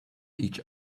each